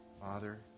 Father